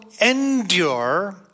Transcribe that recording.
endure